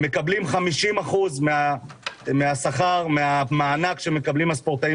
הם מקבלים 50% מהמענק שמקבלים הספורטאים